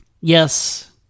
Yes